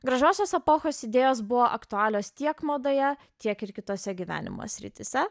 gražiosios epochos idėjos buvo aktualios tiek madoje tiek ir kitose gyvenimo srityse